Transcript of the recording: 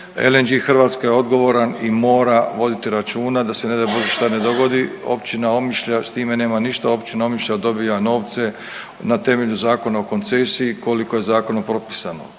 LNG Hrvatska je odgovoran i mora voditi računa da se ne daj Bože šta ne dogodi. Općina Omišalj s time nema ništa. Općina Omišalj dobija novce na temelju Zakona o koncesiji koliko je zakonom propisano,